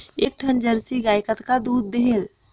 एक ठन जरसी गाय कतका दूध देहेल?